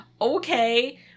okay